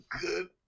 good